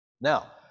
Now